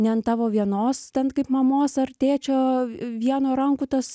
ne ant tavo vienos ten kaip mamos ar tėčio vieno rankų tas